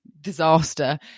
disaster